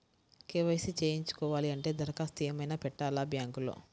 KYC చేయించుకోవాలి అంటే దరఖాస్తు ఏమయినా పెట్టాలా బ్యాంకులో?